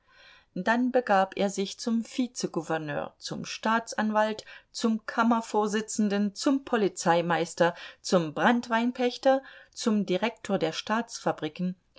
dann begab er sich zum vizegouverneur zum staatsanwalt zum kammervorsitzenden zum polizeimeister zum branntweinpächter zum direktor der